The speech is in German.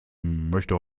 möchte